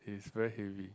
is very heavy